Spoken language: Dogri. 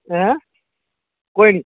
ऐं कोई निं